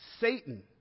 Satan